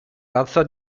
razza